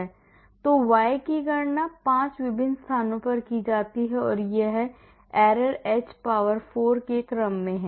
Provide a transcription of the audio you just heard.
तो y की गणना 5 विभिन्न स्थानों पर की जाती है तो यह error h power 4 के क्रम में है